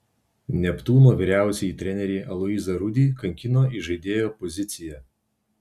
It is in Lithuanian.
neptūno vyriausiąjį trenerį aloyzą rudį kankino įžaidėjo pozicija